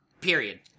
Period